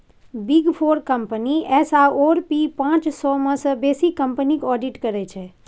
big four company S आओर P पाँच सय मे सँ बेसी कंपनीक आडिट करै छै